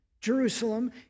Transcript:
Jerusalem